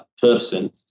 person